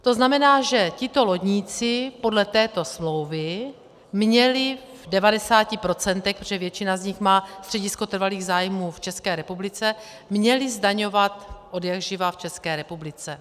To znamená, že tito lodníci podle této smlouvy měli v devadesáti procentech, protože většina z nich má středisko trvalých zájmů v České republice, měli zdaňovat odjakživa v České republice.